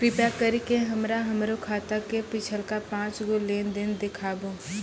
कृपा करि के हमरा हमरो खाता के पिछलका पांच गो लेन देन देखाबो